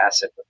acid